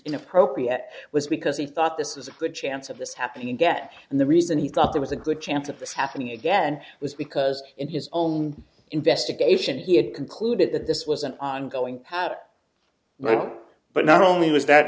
inappropriate was because he thought this is a good chance of this happening get and the reason he thought there was a good chance of this happening again was because in his own investigation he had concluded that this was an ongoing pat but not only was that